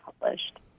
published